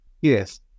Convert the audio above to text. Yes